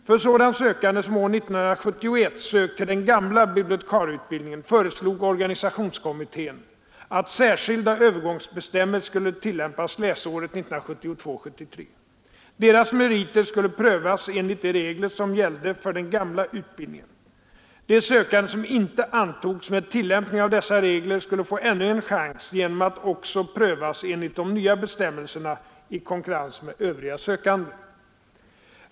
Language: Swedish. För sådana sökande som år 1971 sökt till den gamla bibliotekarieutbildningen föreslog organisationskommittén att särskilda övergångsbestämmelser skulle tillämpas läsåret 1972/73. Deras meriter skulle prövas enligt de regler som gällde för den gamla utbildningen. De sökande som inte antogs med tillämpning av dessa regler skulle få ännu en chans genom att också prövas enligt de nya bestämmelserna i konkurrens med övriga sökande.